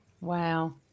Wow